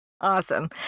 Awesome